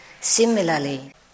Similarly